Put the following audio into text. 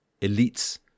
elites